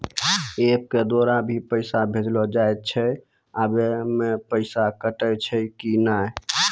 App के द्वारा भी पैसा भेजलो जाय छै आबै मे पैसा कटैय छै कि नैय?